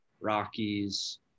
Rockies